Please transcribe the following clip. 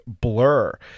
Blur